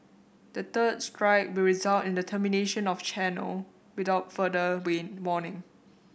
the third strike will result in the termination of the channel without further warning